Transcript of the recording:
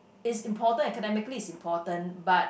is important academically it's important but